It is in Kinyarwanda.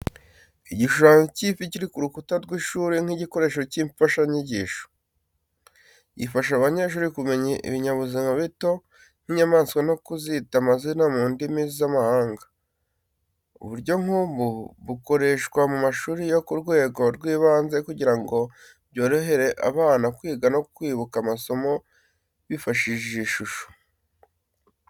Igishushanyo cy'ifi kiri ku rukuta rw’ishuri nk’igikoresho cy’imfashanyigisho. Gifasha abanyeshuri kumenya ibinyabuzima bito nk’inyamaswa no kuzita amazina mu ndimi z’amahanga. Uburyo nk’ubu bukoreshwa mu mashuri yo ku rwego rw’ibanze kugira ngo byorohere abana kwiga no kwibuka amasomo bifashishije ishusho.